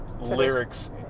lyrics